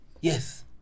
Yes